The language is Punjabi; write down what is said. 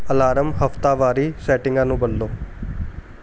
ਅਲਾਰਮ ਹਫ਼ਤਾਵਾਰੀ ਸੈਟਿੰਗਾਂ ਨੂੰ ਬਦਲੋ